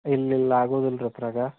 ಇಲ್ಲ ಇಲ್ಲ ಆಗೋದಿಲ್ಲ ರೀ ಅದ್ರಾಗ